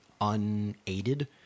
unaided